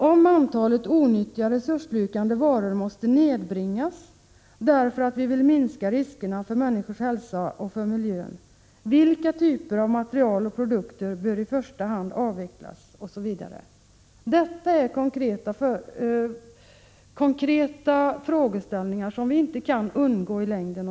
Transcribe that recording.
Om antalet onyttiga och resursslukande ämnen måste nedbringas därför att vi vill minska riskerna för människors hälsa och för miljön, vilka typer av material och produkter bör i första hand avvecklas osv.? Detta är konkreta frågeställningar som vi inte kan undgå i längden.